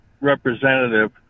representative